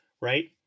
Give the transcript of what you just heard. right